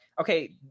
Okay